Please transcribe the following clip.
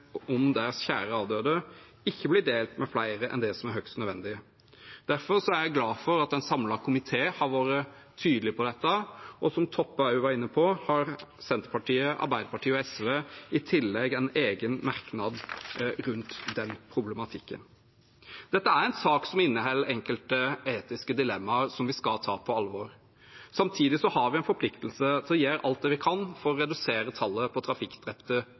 om deres kjære avdøde ikke blir delt med flere enn det som er høyst nødvendig. Derfor er jeg glad for at en samlet komité har vært tydelig på dette. Som representanten Toppe også var inne på, har Senterpartiet, Arbeiderpartiet og SV i tillegg en egen merknad om den problematikken. Dette er en sak som inneholder enkelte etiske dilemmaer som vi skal ta på alvor. Samtidig har vi en forpliktelse til å gjøre alt vi kan for å redusere tallet på trafikkdrepte